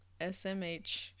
SMH